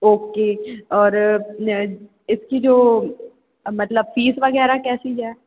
okay और न इसकी जो अ मतलब फीस वगैरह कैसी है